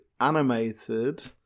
animated